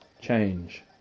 change